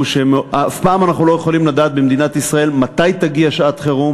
שאף פעם אנחנו לא יכולים לדעת במדינת ישראל מתי תגיע שעת חירום,